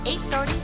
8.30